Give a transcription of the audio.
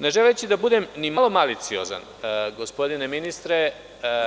Ne želeći da budem ni malo maliciozan, gospodine ministre,